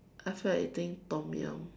I feel like eating Tom-Yum